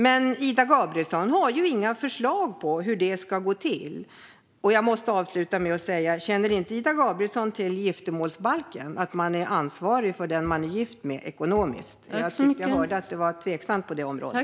Men Ida Gabrielsson har ju inga förslag om hur detta ska gå till. Jag måste avsluta med att säga: Känner inte Ida Gabrielsson till giftermålsbalken och att man är ekonomiskt ansvarig för den man är gift med? Jag tyckte mig höra att det var tveksamt på det området.